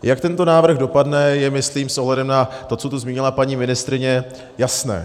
Jak tento návrh dopadne, je myslím s ohledem na to, co tu zmínila paní ministryně, jasné.